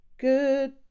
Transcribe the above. good